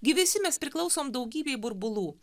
gi visi mes priklausom daugybei burbulų